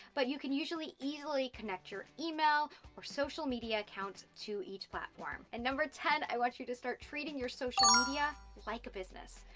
but you can usually easily connect your email, or social media account to each platform. and number ten i want you to start treating your social media like a business.